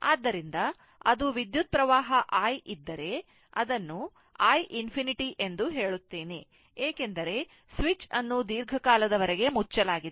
ಆದ್ದರಿಂದ ಅದು ವಿದ್ಯುತ್ ಹರಿವು I ಇದ್ದರೆ ಅದನ್ನು i ∞ ಎಂದು ಹೇಳುತ್ತೇನೆ ಏಕೆಂದರೆ ಸ್ವಿಚ್ ಅನ್ನು ದೀರ್ಘಕಾಲದವರೆಗೆ ಮುಚ್ಚಲಾಗಿದೆ